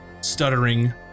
stuttering